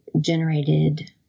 generated